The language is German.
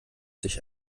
sich